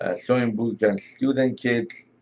ah sewing books and student kits,